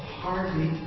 hardly